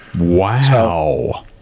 Wow